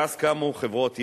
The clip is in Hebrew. ואז קמו חברות yes,